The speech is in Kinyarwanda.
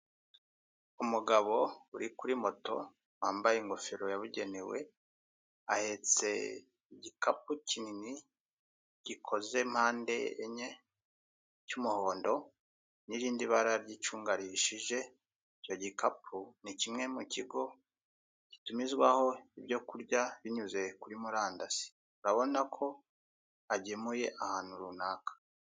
Umugabo uri kuri moto wambaye ingofero yabugenewe ahetse igikapu kinini gikoze mpande enye cy'umuhondo n'irindi bara ry'icunga rihishije, icyo gukapu ni kimwe mu kigo gitumizwaho ibyo kurya binyuze kuri murandasi, urabona ko agemuye ahantu runaka.